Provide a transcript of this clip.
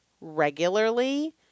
regularly